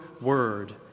word